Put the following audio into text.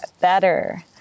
better